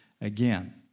again